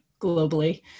globally